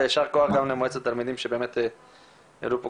ויישר כוח גם למועצת התלמידים שבאמת העלו פה